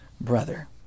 brother